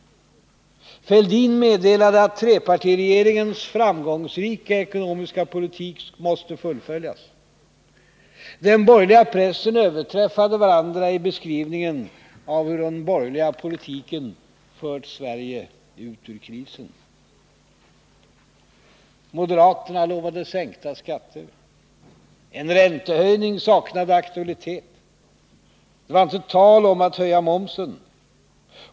Thorbjörn Fälldin meddelade att trepartiregeringens framgångsrika ekonomiska politik måste fullföljas. I den borgerliga pressen överträffade man varandra i beskrivningen av hur den borgerliga politiken fört Sverige ut ur krisen. Moderaterna lovade sänkta skatter. En räntehöjning saknade aktualitet. Det var inte tal om att höja momsen.